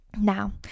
Now